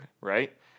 right